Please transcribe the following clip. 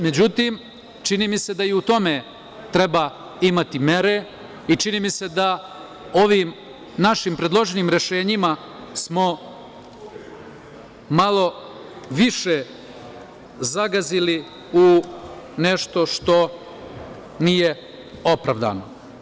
Međutim, čini mi se da i u tome treba imati mere i čini mi se da ovim našim predloženim rešenjima smo malo više zagazili u nešto što nije opravdano.